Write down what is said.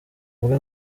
uvuge